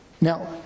Now